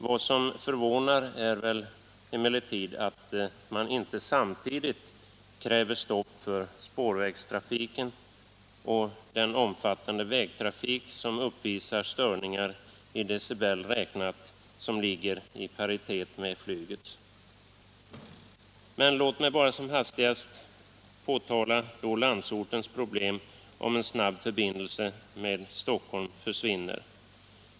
Vad som förvånar är emellertid att man inte samtidigt kräver stopp för spårvägstrafiken och den omfattande vägtrafiken, som uppvisar störningar som i decibel räknat är i paritet med flygets. Men låt mig bara som hastigast påpeka landsortens problem, om en snabb förbindelse med Stockholm försvinner.